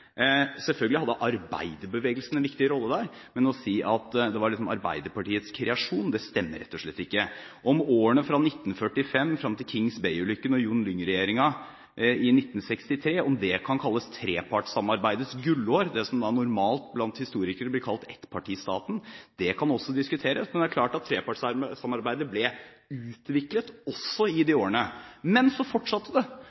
Selvfølgelig hadde arbeiderbevegelsen en viktig rolle der, men at det var Arbeiderpartiets kreasjon, det stemmer rett og slett ikke. Om årene fra 1945 fram til Kings Bay-ulykken og Jon Lyng-regjeringen i 1963 kan kalles trepartssamarbeidets gullår – det som normalt blant historikere blir kalt ettpartistaten – kan også diskuteres. Det er klart at trepartssamarbeidet ble utviklet også i de årene. Men så fortsatte det